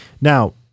Now